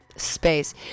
space